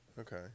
Okay